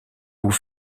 vous